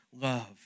love